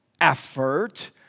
effort